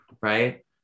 right